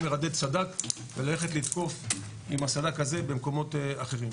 לרדד סד"כ וללכת לתקוף עם הסד"כ הזה במקומות אחרים.